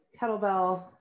kettlebell